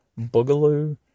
boogaloo